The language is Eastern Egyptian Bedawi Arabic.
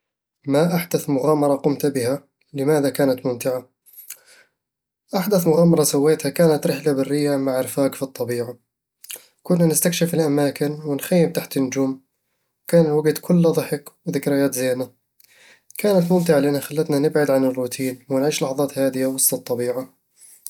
ما أحدث مغامرة قمت بها؟ لماذا كانت ممتعة؟ أحدث مغامرة سويتها كانت رحلة برية مع الرفاق في الطبيعة كنا نستكشف الأماكن ونخيم تحت النجوم، وكان الوقت كله ضحك وذكريات زينة كانت ممتعة لأنها خلتنا نبعد عن الروتين ونعيش لحظات هادية وسط الطبيعة